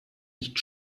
nicht